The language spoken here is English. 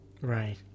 Right